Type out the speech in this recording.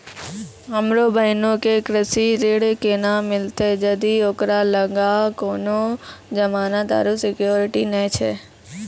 हमरो बहिनो के कृषि ऋण केना मिलतै जदि ओकरा लगां कोनो जमानत आरु सिक्योरिटी नै छै?